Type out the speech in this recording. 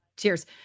Cheers